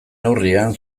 neurrian